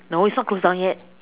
no it's not closed down yet